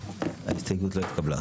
לאחר כל ההסתייגויות האלה נצביע על החוק